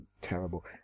terrible